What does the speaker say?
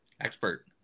Expert